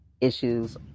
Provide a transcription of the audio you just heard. issues